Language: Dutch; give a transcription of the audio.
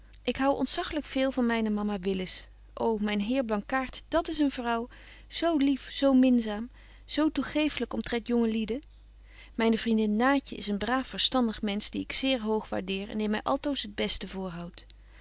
ik hou ontzachelyk veel van myne mama willis ô myn heer blankaart dat is een vrouw zo lief zo minzaam zo toegeeflyk omtrent jonge lieden myne vriendin naatje is een braaf verstandig mensch die ik zeer hoog betje wolff en aagje deken historie van mejuffrouw sara burgerhart waardeer en die my altoos het beste voorhoudt